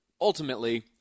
ultimately